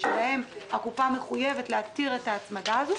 שבהן הקופה מחויבת להתיר את ההצמדה הזאת,